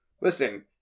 Listen